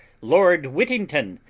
lord whittington,